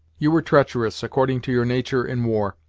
you were treacherous, according to your natur' in war,